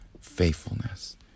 faithfulness